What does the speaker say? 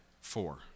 Four